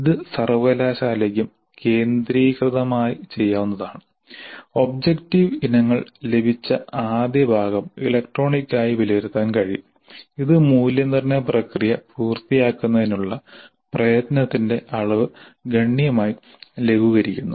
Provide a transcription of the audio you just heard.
ഇത് സർവകലാശാലയ്ക്കും കേന്ദ്രീകൃതമായി ചെയ്യാവുന്നതാണ് ഒബ്ജക്റ്റീവ് ഇനങ്ങൾ ലഭിച്ച ആദ്യ ഭാഗം ഇലക്ട്രോണിക് ആയി വിലയിരുത്താൻ കഴിയും ഇത് മൂല്യനിർണ്ണയ പ്രക്രിയ പൂർത്തിയാക്കുന്നതിനുള്ള പ്രയത്നത്തിന്റെ അളവ് ഗണ്യമായി ലഘൂകരിക്കുന്നു